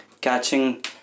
catching